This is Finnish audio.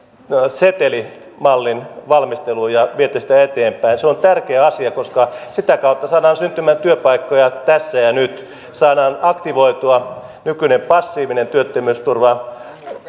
setelimallin valmisteluun ja viette sitä eteenpäin se on tärkeä asia koska sitä kautta saadaan syntymään työpaikkoja tässä ja nyt saadaan aktivoitua nykyinen passiivinen työttömyysturva